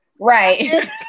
Right